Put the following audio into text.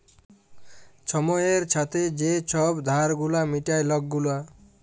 ছময়ের ছাথে যে ছব ধার গুলা মিটায় লক গুলা